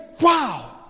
Wow